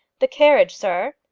the carriage, sir!